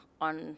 on